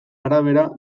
arabera